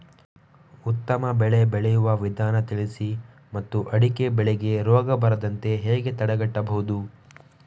ಉತ್ತಮ ಬೆಳೆ ಬೆಳೆಯುವ ವಿಧಾನ ತಿಳಿಸಿ ಮತ್ತು ಅಡಿಕೆ ಬೆಳೆಗೆ ರೋಗ ಬರದಂತೆ ಹೇಗೆ ತಡೆಗಟ್ಟಬಹುದು?